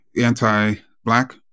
anti-Black